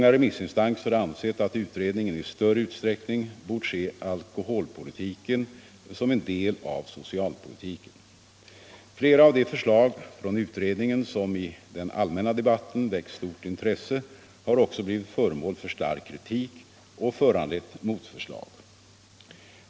Många remissinstanser har ansett att utredningen i större utsträckning bort se alkoholpolitiken som en del av socialpolitiken. Flera av de förslag från utredningen som i den allmänna debatten väckt stort intresse har också blivit föremål för stark kritik och föranlett motförslag.